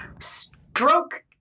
stroke